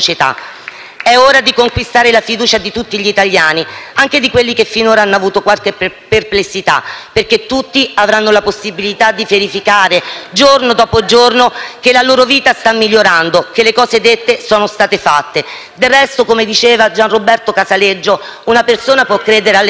È ora di conquistare la fiducia di tutti gli italiani, anche di quelli che finora hanno avuto qualche perplessità, perché tutti avranno la possibilità di verificare, giorno dopo giorno, che la loro vita sta migliorando, che le cose dette sono state fatte. Del resto, come diceva Gianroberto Casaleggio, «Una persona può credere alle parole.